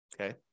Okay